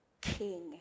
king